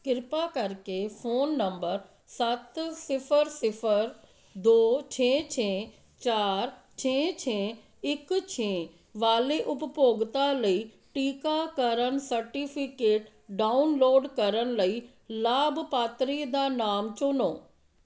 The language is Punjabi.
ਕਿਰਪਾ ਕਰਕੇ ਫ਼ੋਨ ਨੰਬਰ ਸੱਤ ਸਿਫਰ ਸਿਫਰ ਦੋ ਛੇ ਛੇ ਚਾਰ ਛੇ ਛੇ ਇੱਕ ਛੇ ਵਾਲੇ ਉਪਭੋਗਤਾ ਲਈ ਟੀਕਾਕਰਨ ਸਰਟੀਫਿਕੇਟ ਡਾਊਨਲੋਡ ਕਰਨ ਲਈ ਲਾਭਪਾਤਰੀ ਦਾ ਨਾਮ ਚੁਣੋ